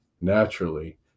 naturally